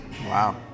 Wow